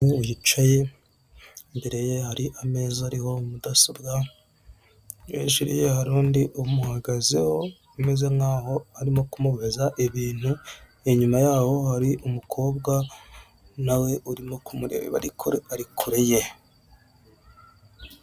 Umuntu yicaye imbere ye hari ameza ariho mudasobwa hejuru ye hariru undi umuhagazeho umeze nk'aho arimo kumubaza ibintu, inyuma yaho hari umukobwa nawe urimo kumureba ariko ari kure ye.